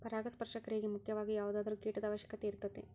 ಪರಾಗಸ್ಪರ್ಶ ಕ್ರಿಯೆಗೆ ಮುಖ್ಯವಾಗಿ ಯಾವುದಾದರು ಕೇಟದ ಅವಶ್ಯಕತೆ ಇರತತಿ